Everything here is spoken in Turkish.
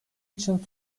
için